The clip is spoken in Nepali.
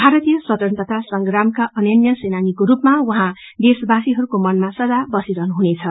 भारतीय स्वतन्त्रता संग्राामका अनन्य सेनानीको रूपामा उहाँ देशवासीहरूको मनामा सदा बसिरहने छन्